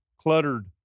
cluttered